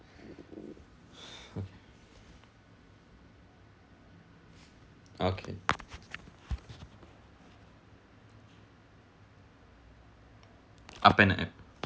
okay appen app